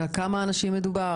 בכמה אנשים מדובר?